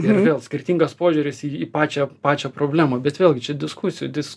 ir vėl skirtingas požiūris į į pačią pačią problemą bet vėlgi čia diskusijų dis